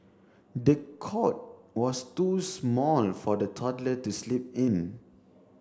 the cot was too small for the toddler to sleep in